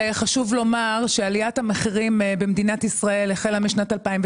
חשוב לומר שעליית המחירים במדינת ישראל החלה בשנת 2009,